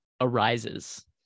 arises